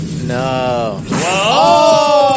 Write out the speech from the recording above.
No